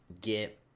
get